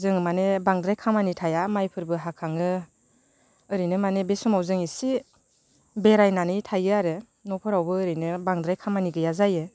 जोङो माने बांद्राय खामानि थाया माइफोरबो हाखाङो ओरैनो माने जों बे समाव इसे बेरायनानै थायो आरो न'फोरावबो ओरैनो बांद्राय खामानि गैया जायो